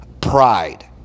Pride